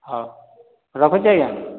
ହଉ ରଖୁଛି ଆଜ୍ଞା